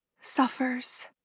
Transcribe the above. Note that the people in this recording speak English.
suffers